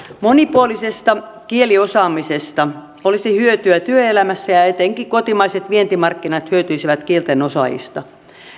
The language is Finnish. monipuolisesta kieliosaamisesta olisi hyötyä työelämässä ja ja etenkin kotimaiset vientimarkkinat hyötyisivät kielten osaajista